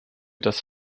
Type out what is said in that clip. das